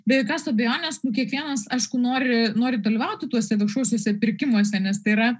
be jokios abejonės kiekvienas aišku nori nori dalyvauti tuose viešuosiuose pirkimuose nes tai yra